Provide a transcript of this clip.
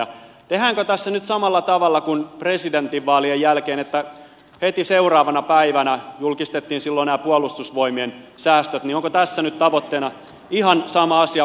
tehdäänkö tässä nyt samalla tavalla kuin presidentinvaalien jälkeen kun silloin heti seuraavana päivänä julkistettiin nämä puolustusvoimien säästöt onko tässä nyt tavoitteena ihan sama asia